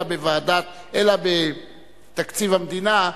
אלא בתקציב המדינה,